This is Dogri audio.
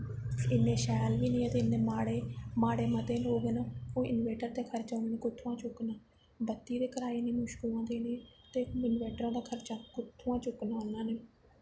इ'न्ने शैल बी नि हैन ते इ'न्ने माड़े माड़े मते लोक न ओह् इन्वेटर दा खर्चा उ'नें कुत्थुआं चुक्कना बत्ती दे कराए दी मुश्कल औंदी देने ते इन्वेटरां दा खर्चा कुत्थुआं चुक्कना उ'नें